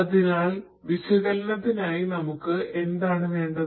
അതിനാൽ വിശകലനത്തിനായി നമുക്ക് എന്താണ് വേണ്ടത്